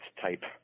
type